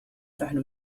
نحن